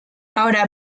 ahora